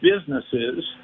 businesses